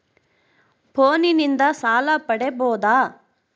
ಫೋನಿನಿಂದ ಸಾಲ ಪಡೇಬೋದ?